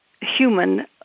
human